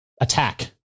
attack